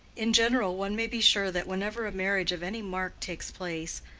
in general, one may be sure that whenever a marriage of any mark takes place,